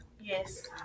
Yes